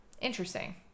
Interesting